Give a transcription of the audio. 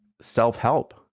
self-help